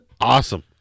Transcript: Awesome